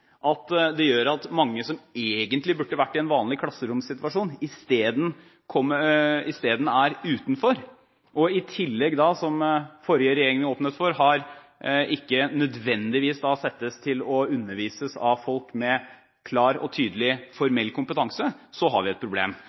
at det gjør at mange som egentlig burde ha vært i en egen klasseromssituasjon, isteden er utenfor og i tillegg – som den forrige regjeringen åpnet for – ikke nødvendigvis settes til å undervises av folk med klar og tydelig formell kompetanse, har vi et problem.